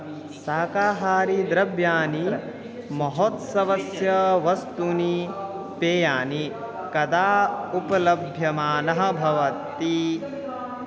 शाकाहारी द्रव्याणि महोत्सवस्य वस्तूनि पेयानि कदा उपलभ्यमानानि भवन्ति